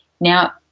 Now